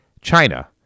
China